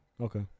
Okay